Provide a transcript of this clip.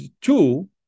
two